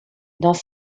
dans